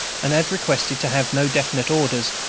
and had requested to have no definite orders,